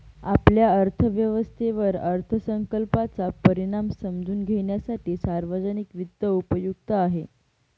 आपल्या अर्थव्यवस्थेवर अर्थसंकल्पाचा परिणाम समजून घेण्यासाठी सार्वजनिक वित्त उपयुक्त आहे